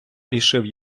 рішив